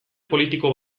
politiko